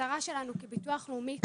המטרה שלנו כביטוח לאומי היא